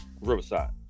Riverside